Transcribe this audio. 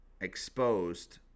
exposed